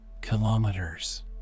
Kilometers